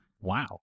Wow